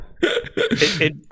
it-